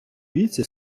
віці